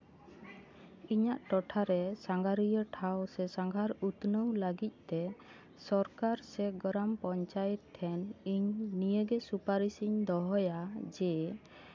ᱚᱧᱟᱹᱜ ᱴᱚᱴᱷᱟᱨᱮ ᱥᱟᱸᱜᱷᱟᱨᱤᱭᱟᱹ ᱴᱷᱟᱶ ᱥᱮ ᱥᱟᱸᱜᱷᱟᱨ ᱩᱛᱱᱟᱹᱣ ᱞᱟᱹᱜᱤᱫ ᱛᱮ ᱥᱚᱨᱠᱟᱨ ᱥᱮ ᱜᱨᱟᱢ ᱯᱚᱧᱪᱟᱭᱮᱛ ᱴᱷᱮᱱ ᱤᱧ ᱱᱤᱭᱟᱹ ᱜᱮ ᱥᱩᱯᱟᱨᱤᱥ ᱤᱧ ᱫᱚᱦᱚᱭᱟ ᱡᱮ